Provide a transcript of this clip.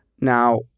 Now